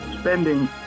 spending